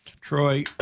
Troy